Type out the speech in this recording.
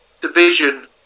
division